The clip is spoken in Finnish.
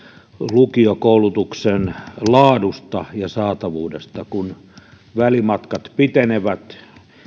lukiokoulutuksen laadusta ja saatavuudesta kun välimatkat pitenevät